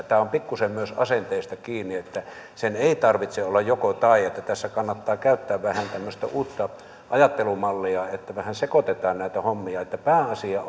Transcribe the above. tämä on pikkuisen myös asenteista kiinni sen ei tarvitse olla joko tai vaan tässä kannattaa käyttää vähän tämmöistä uutta ajattelumallia että vähän sekoitetaan näitä hommia pääasia